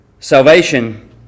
salvation